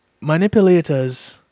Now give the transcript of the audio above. manipulators